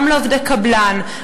גם לעובדי קבלן,